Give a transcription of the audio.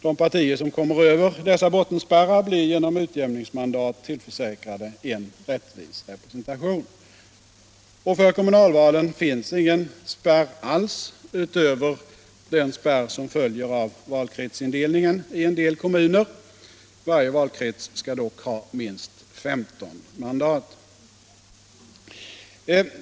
De partier som kommer över dessa bottenspärrar blir genom utjämningsmandat tillförsäkrade en rättvis representation. För kommunalvalen finns ingen spärr alls utöver den spärr som följer av valkretsindelningen i en del kommuner. Varje valkrets skall dock ha minst 15 mandat.